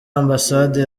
ambasade